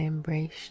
Embrace